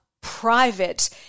private